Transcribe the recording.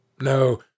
No